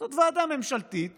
זאת ועדה ממשלתית